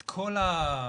את כל ה"בררה"